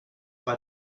bei